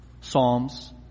Psalms